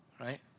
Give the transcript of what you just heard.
Right